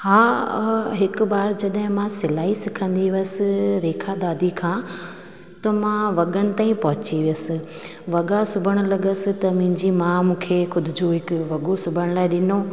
हा हा हिकु बार जॾहिं मां सिलाई कंदी हुअसि रेखा दादी खां त मां वॻनि ताईं पहुची वियसि वॻा सिबण लॻियसि त मुंहिंजी माउ मूंखे ख़ुदि जो हिकु वॻो सिबण लाइ ॾिनो